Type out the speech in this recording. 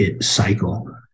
cycle